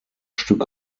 stück